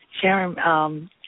Sharon